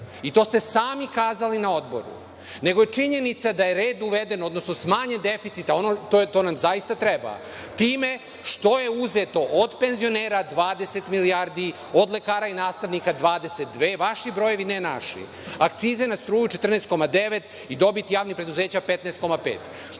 i to ste sami kazali na odboru, nego je činjenica da je red uveden, odnosno smanjen deficit, a to nam zaista treba, time što je uzeto od penzionera 20 milijardi, od lekara i nastavnika 22, vaši brojevi ne naši, akcize na struju 14,9 i dobit javnih predzeća 15,5.